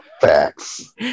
Facts